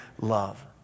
love